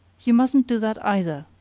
you mustn't do that either,